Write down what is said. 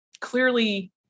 clearly